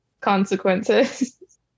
consequences